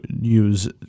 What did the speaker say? use